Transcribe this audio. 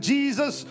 Jesus